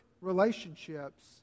relationships